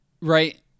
Right